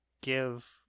give